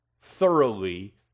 thoroughly